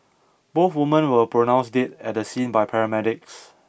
both woman were pronounced dead at the scene by paramedics